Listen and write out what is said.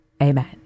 Amen